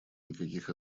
никаких